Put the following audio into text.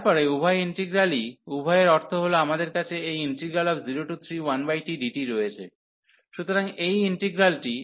তারপরে উভয় ইন্টিগ্রালই উভয়ের অর্থ হল আমাদের কাছে এই 031tdt রয়েছে সুতরাং এই ইন্টিগ্রালটি